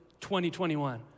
2021